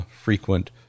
frequent